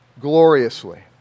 gloriously